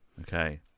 Okay